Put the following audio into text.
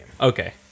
okay